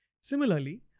Similarly